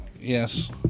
Yes